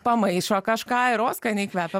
pamaišo kažką ir o skaniai kvepia